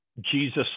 Jesus